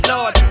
Lord